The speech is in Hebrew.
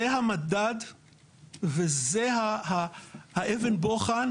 זה המדד וזו אבן הבוחן,